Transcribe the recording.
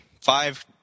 five